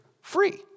free